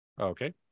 Okay